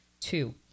two